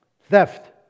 theft